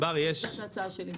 זאת ההצעה שלי.